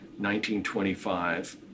1925